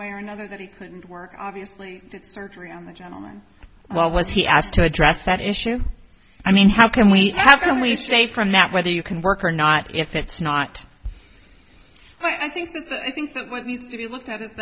way or another that he couldn't work obviously surgery on the gentleman well was he asked to address that issue i mean how can we have don't we say from that whether you can work or not if it's not i think i think what needs to be looked at i